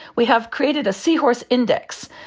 we have created a seahorse index.